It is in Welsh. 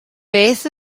beth